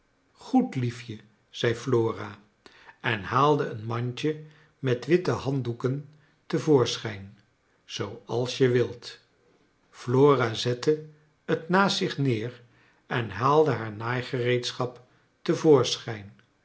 goed liefje zei flora en haalde een mandje met witte handdoeken te voorschijn zooals je wilt flora zette het naast zich neer haalde haar naaigereedsohap